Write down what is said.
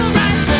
right